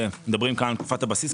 הבסיס,